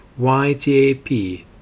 YTAP